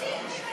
1